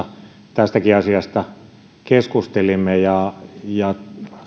tästäkin asiasta keskustelimme ja ja